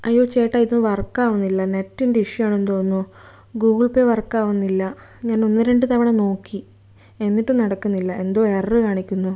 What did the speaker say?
അയ്യോ ചേട്ടാ ഇതു വർക്കാകുന്നില്ല നെറ്റിൻ്റെ ഇഷ്യൂ ആണെന്ന് തോന്നുന്നു ഗൂഗിൾപേ വർക്കാകുന്നില്ല ഞാനൊന്നു രണ്ട് തവണ നോക്കി എന്നിട്ടും നടക്കുന്നില്ല എന്തോ എറർ കാണിക്കുന്നു